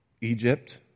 Egypt